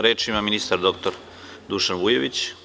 Reč ima ministar dr Dušan Vujović.